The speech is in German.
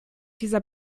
dieser